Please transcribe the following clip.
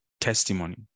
testimony